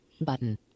button